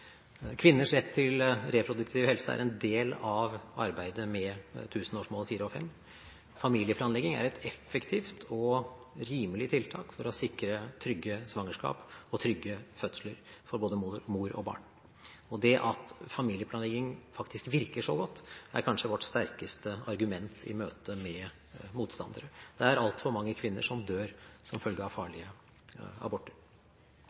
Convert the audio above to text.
Kvinners rett til reproduktiv helse er en del av arbeidet med tusenårsmål nr. 4 og 5. Familieplanlegging er et effektivt og rimelig tiltak for å sikre trygge svangerskap og trygge fødsler for både mor og barn, og det at familieplanlegging faktisk virker så godt, er kanskje vårt sterkeste argument i møtet med motstandere. Det er altfor mange kvinner som dør som følge av farlige aborter.